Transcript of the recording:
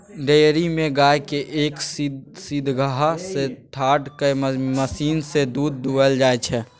dairy मे गाय केँ एक सीधहा सँ ठाढ़ कए मशीन सँ दुध दुहल जाइ छै